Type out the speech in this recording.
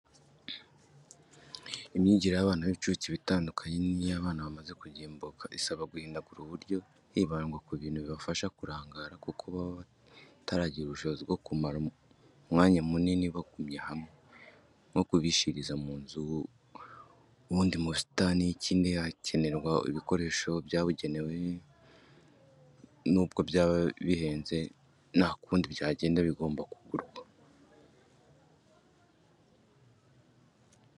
Imyigire y'abana b'incuke iba itandukanye n'iy'abana bamaze kugimbuka, isaba guhindagura uburyo, hibandwa ku bintu bibafasha kurangara kuko baba bataragira ubushobozi bwo kumara umwanya munini bagumye hamwe, nko kubishiriza mu nzu, ubundi mu busitani, ikindi hakenerwa ibikoresho byabugenewe, n'ubwo byaba bihenze nta kundi byagenda bigomba kugurwa.